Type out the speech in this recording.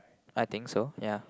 I think so ya